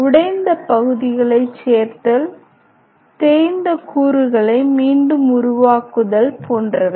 உடைந்த பகுதிகளை சேர்த்தல் தேய்ந்த கூறுகளை மீண்டும் உருவாக்குதல் போன்றவை